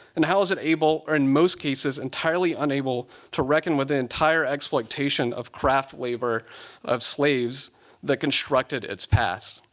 and how is it able, or in most cases, entirely unable to reckon with the entire exploitation of craft labor of slaves that constructed it's past.